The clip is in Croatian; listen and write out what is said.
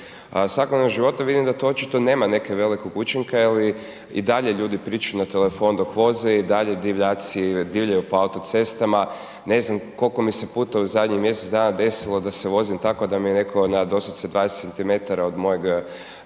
svakodnevnog života vidim da to očito nema nekog velikog učinka jer i dalje ljudi pričaju na telefon dok voze i dalje divljaci divljaju po autocestama. Ne znam koliko mi se puta u zadnjih mjesec dana desilo da se vozim tako a da mi netko na doslovce 20cm od mojeg,